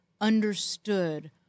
understood